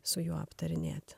su juo aptarinėti